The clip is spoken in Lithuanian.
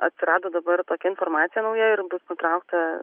atsirado dabar tokia informacija nauja ir bus nutraukta